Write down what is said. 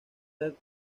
del